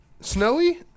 Snowy